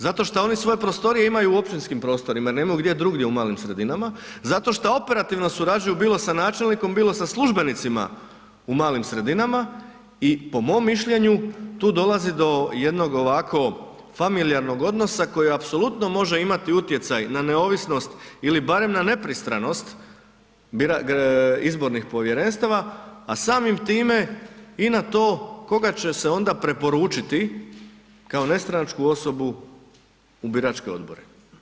Zato šta oni svoje prostorije imaju u općinskim prostorima jer nemaju gdje drugdje u malim sredinama, zato što operativno surađuju bilo sa načelnikom, bilo sa službenicima u malim sredinama i po mom mišljenju tu dolazi do jednog ovako familijarnog odnosa koji apsolutno može imati utjecaj na neovisnost ili barem na nepristranost izbornih povjerenstava, a samim time i na to koga će se onda preporučiti kao nestranačku osobu u biračke odbore.